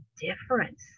difference